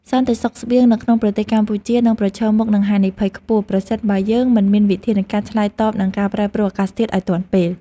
សន្តិសុខស្បៀងនៅក្នុងប្រទេសកម្ពុជានឹងប្រឈមមុខនឹងហានិភ័យខ្ពស់ប្រសិនបើយើងមិនមានវិធានការឆ្លើយតបនឹងការ ប្រែប្រួលអាកាសធាតុឱ្យទាន់ពេល។